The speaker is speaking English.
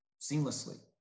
seamlessly